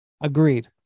Agreed